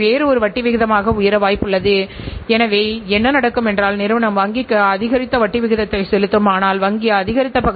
மாறிவரும் சூழலைக் கருத்தில் கொண்டு நிறுவனங்கள் வெவ்வேறு துணை இலக்குகளை அல்லது முக்கியமான வெற்றி காரணிகளை அமைக்க வேண்டும்